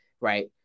right